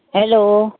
hello